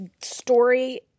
story –